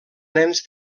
nens